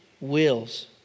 wills